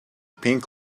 pink